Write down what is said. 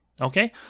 Okay